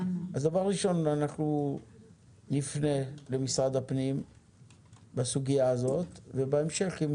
אנחנו נפנה למשרד הפנים בסוגיה הזאת, ובהמשך אם